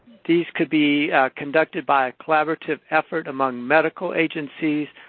these could be conducted by collaborative effort among medical agencies,